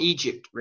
Egypt